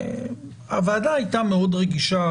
הוועדה הייתה מאוד רגישה,